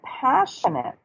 passionate